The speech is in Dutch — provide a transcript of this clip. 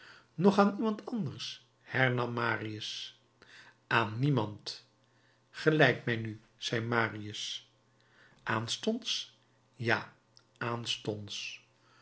noch aan iemand anders hernam marius aan niemand geleid mij nu zei marius aanstonds ja aanstonds